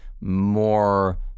more